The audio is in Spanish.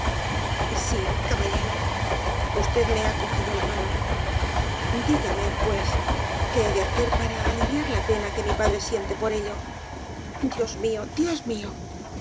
sí caballero usted me ha cogido la mano dígame pues qué he de hacer para aliviar la pena que mi padre siente por ello dios mío dios mío